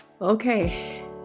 Okay